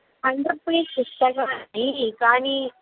one two three पुस्तकानि कानि